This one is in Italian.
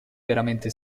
veramente